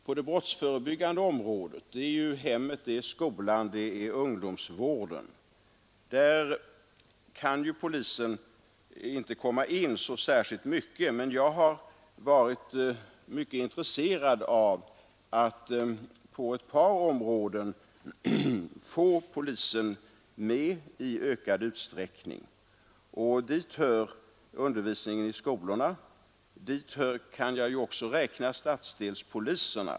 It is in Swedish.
På det brottsförebyggande området — där verkar hemmet, skolan och ungdomsvården — kan polisen inte komma in i så särskilt stor utsträckning. Jag har varit mycket intresserad av att få polisen med i ökad utsträckning på ett par av dessa områden. Dit hör undervisningen i skolorna, och dit kan jag också räkna stadsdelspoliserna.